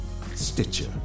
Stitcher